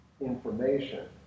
information